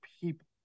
people